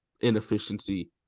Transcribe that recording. inefficiency